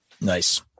Nice